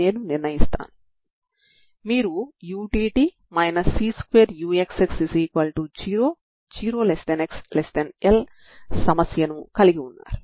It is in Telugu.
మీరు ఒకటే పరిష్కారాన్ని కలిగి ఉన్నారు